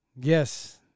Yes